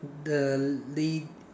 the la~